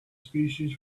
species